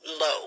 low